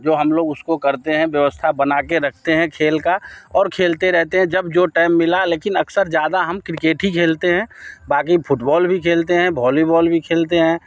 जो हम लोग उसको करते हैं व्यवस्था बना के रखते हैं खेल का और खेलते रहते हैं जब जो टाइम मिला लेकिन अक्सर ज़्यादा हम क्रिकेट ही खेलते हैं बाकि फुटबॉल भी खेलते हैं भॉलीबॉल भी खेलते हैं